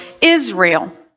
Israel